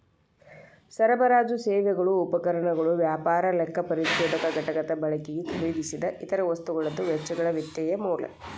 ಸರಬರಾಜು ಸೇವೆಗಳು ಉಪಕರಣಗಳು ವ್ಯಾಪಾರ ಲೆಕ್ಕಪರಿಶೋಧಕ ಘಟಕದ ಬಳಕಿಗೆ ಖರೇದಿಸಿದ್ ಇತರ ವಸ್ತುಗಳದ್ದು ವೆಚ್ಚಗಳ ವಿತ್ತೇಯ ಮೌಲ್ಯ